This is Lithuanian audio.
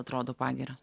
atrodo pagirios